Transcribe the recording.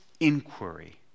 Inquiry